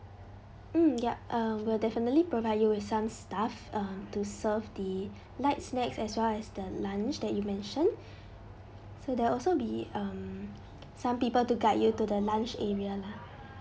mm yup um we'll definitely provide you with some staff um to serve the light snacks as well as the lunch that you mentioned so there also be um some people to guide you to the lunch area lah